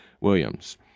Williams